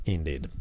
Indeed